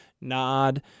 nod